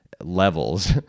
levels